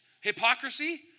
hypocrisy